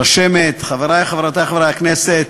רשמת, חברי וחברותי חברי הכנסת,